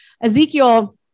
Ezekiel